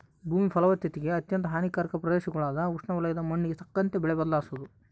ಭೂಮಿ ಫಲವತ್ತತೆಗೆ ಅತ್ಯಂತ ಹಾನಿಕಾರಕ ಪ್ರದೇಶಗುಳಾಗ ಉಷ್ಣವಲಯದ ಮಣ್ಣಿಗೆ ತಕ್ಕಂತೆ ಬೆಳೆ ಬದಲಿಸೋದು